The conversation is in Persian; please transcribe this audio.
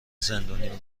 زندونیم